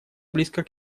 близко